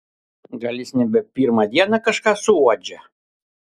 gal jis nebe pirmą dieną kažką suuodžia